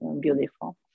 beautiful